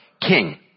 king